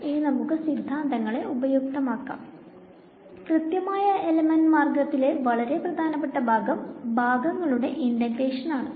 ഇനി നമുക്ക് ഈ സിദ്ധാന്തങ്ങളെ ഉപയുക്തമാക്കാം കൃത്യമായ എലമെന്റ് മാർഗത്തിലെ വളരെ പ്രധാനപെട്ട ഭാഗം ഭാഗങ്ങളുടെ ഇന്റഗ്രേഷൻ ആണ്